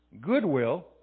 Goodwill